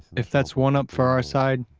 if that's one up for our side,